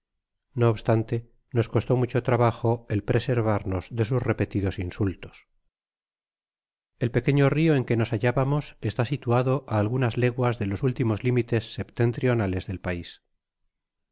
no obstante nos costó mucho trabajo el preservarnos de sus repetidos insultos el pequeño rio en que nos hallábamos está situado á algunas leguas de los últimos limites septentrionales del pais